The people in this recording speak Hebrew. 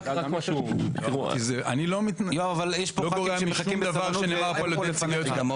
אני לא מתנגד לשום דבר שנאמר על ידי משרד המשפטים.